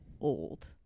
old